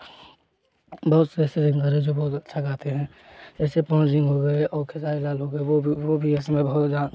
बहुत से ऐसे सिंगर हैं जो बहुत अच्छा गाते हैं ऐसे पवन सिंह हो गए और खेसारी लाल हो गए वह भी वह भी इस समय बहुत